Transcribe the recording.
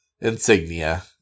Insignia